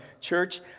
Church